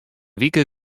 wike